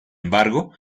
embargo